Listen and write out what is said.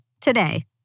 today